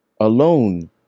Alone